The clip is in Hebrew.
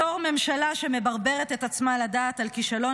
בתור ממשלה שמברברת את עצמה לדעת על כישלון